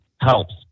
helps